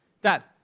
Dad